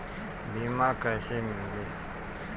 बीमा कैसे मिली?